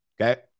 Okay